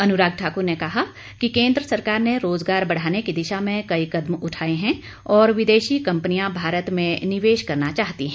अनुराग ठाक्र ने कहा कि केंद्र सरकार ने रोजगार बढ़ाने की दिशा में कई कदम उठाए हैं और विदेशी कंपनियां भारत में निवेश करना चाहती हैं